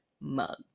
mug